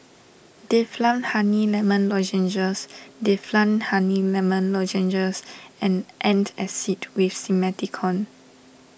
Difflam Honey Lemon Lozenges Difflam Honey Lemon Lozenges and Antacid with Simethicone